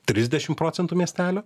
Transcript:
trisdešimt procentų miestelio